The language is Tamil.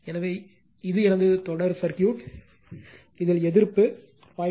எனவே இது எனது தொடர் சர்க்யூட் இது எதிர்ப்பு 0